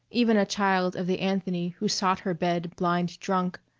even a child of the anthony who sought her bed blind drunk,